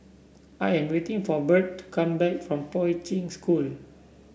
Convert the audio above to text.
I am waiting for Birt to come back from Poi Ching School